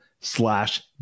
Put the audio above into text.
slash